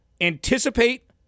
anticipate